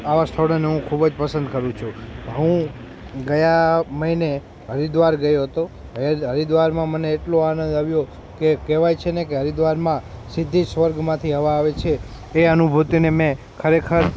આવાં સ્થળોને હું ખૂબ જ પસંદ કરું છું હું ગયા મહીને હરિદ્વાર ગયો હતો હરે હરિદ્વારમાં મને એટલો આનદ આવ્યો કે કહેવાય છે ને કે હરિદ્વારમાં સીધી સ્વર્ગમાંથી હવા આવે છે એ અનુભૂતિને મેં ખરેખર